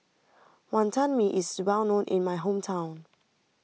Wonton Mee is well known in my hometown